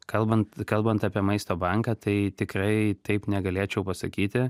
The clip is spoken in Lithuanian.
kalbant kalbant apie maisto banką tai tikrai taip negalėčiau pasakyti